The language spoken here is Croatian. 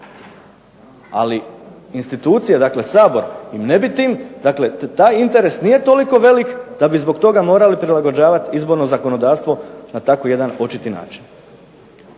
Ali institucije, dakle Sabor im ne bi tim, dakle taj interes nije toliko velik da bi zbog toga morali prilagođavati izborno zakonodavstvo na tako jedan očiti način.